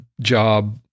job